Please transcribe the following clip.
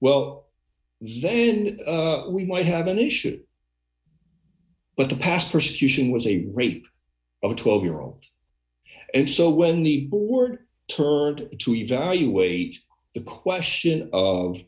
well then we might have an issue but the past persecution was a rape of a twelve year old and so when the board turd to evaluate the question of